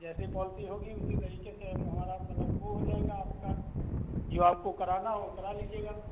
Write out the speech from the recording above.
जैसी पॉलिसी होगी उसी तरीके से हम हमारा मतलब वो हो जाएगा आपका जो आपको कराना हो वो करा लीजिएगा